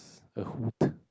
a hood